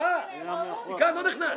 לכאן הוא לא נכנס.